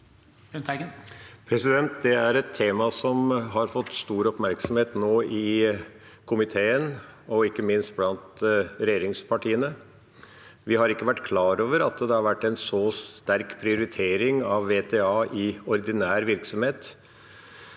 Det er et tema som har fått stor oppmerksomhet i komiteen, og ikke minst blant regjeringspartiene. Vi har ikke vært klar over at det har vært en så sterk prioritering av VTA i ordinær virksomhet.